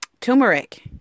turmeric